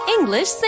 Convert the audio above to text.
English